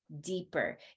deeper